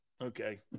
Okay